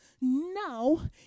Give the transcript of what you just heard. now